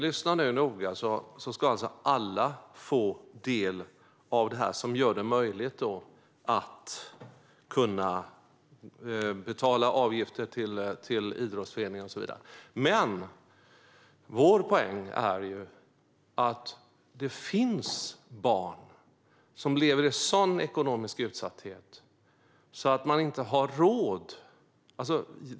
Lyssna nu noga: Alla ska få del av det här som gör det möjligt att kunna betala avgifter till idrottsföreningar och så vidare. Vår poäng är att det finns barn som lever i sådan ekonomisk utsatthet att deras familjer inte har råd med det här.